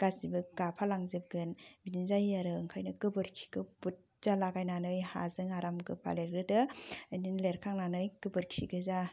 गासिबो गाफालांजोबगोन बिदिनो जायो आरो ओंखायनो गोबोरखिखौ बुरजा लागायनानै हाजों आराम गोबा लिरग्रोदो इदिनो लिरखांनानै गोबोरखि गोजा